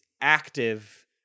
active